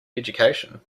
education